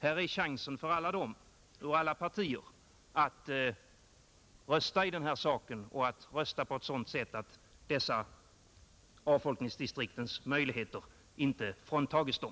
Här finns en chans för alla — i samtliga partier — att rösta Främjande av landspå ett sådant sätt att avfolkningsdistrikten inte fråntas dessa möjligheter.